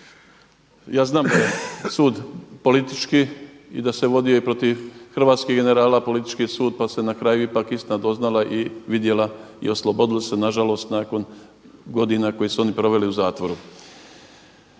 Ja znam da je sud politički i da se vodio i protiv hrvatskih generala politički sud pa se na kaju ipak istina doznala i vidjela i oslobodili su se nažalost nakon godina koji su oni proveli u zatvoru.